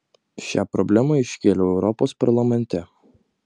šią problemą iškėliau europos parlamente